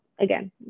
again